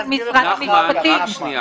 רק רגע.